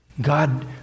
God